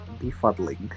befuddling